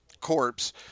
corpse